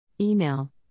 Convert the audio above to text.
Email